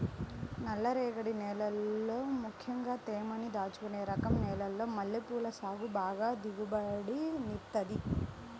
నల్లరేగడి నేలల్లో ముక్కెంగా తేమని దాచుకునే రకం నేలల్లో మల్లెపూల సాగు బాగా దిగుబడినిత్తది